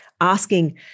asking